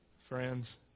friends